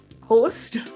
host